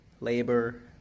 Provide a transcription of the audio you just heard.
labor